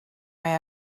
mae